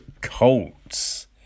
Colts